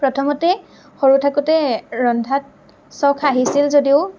প্ৰথমতে সৰু থাকোঁতে ৰন্ধাত চখ আহিছিল যদিও